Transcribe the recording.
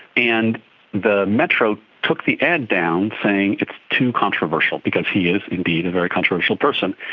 and the metro took the ad down, saying it's too controversial because he is, indeed, a very controversial person.